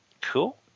cool